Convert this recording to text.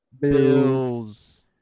Bills